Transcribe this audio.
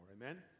Amen